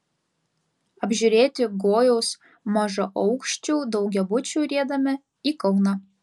apžiūrėti gojaus mažaaukščių daugiabučių riedame į kauną